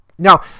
Now